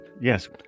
Yes